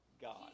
God